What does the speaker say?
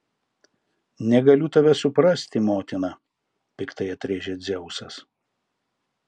negaliu tavęs suprasti motina piktai atrėžė dzeusas